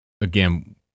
again